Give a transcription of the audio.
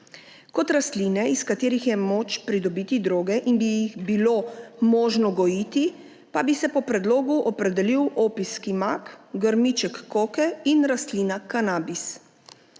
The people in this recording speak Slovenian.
Kot rastline, iz katerih je moč pridobiti droge in bi jih bilo možno gojiti, pa bi se po predlogu opredelili opijski mak, grmiček koke in rastlina Cannabis.